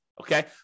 Okay